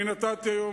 אני נתתי היום,